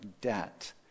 debt